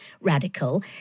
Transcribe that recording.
radical